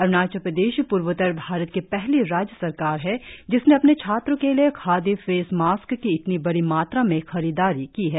अरुणाचल प्रदेश पूर्वोत्तर भारत की पहली राज्य सरकार है जिसने अपने छात्रों के लिए खादी फेस मास्क की इतनी बड़ी मात्रा में खरीदारी की है